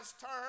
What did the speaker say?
turn